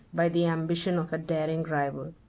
by the ambition of a daring rival.